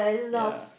ya